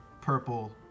purple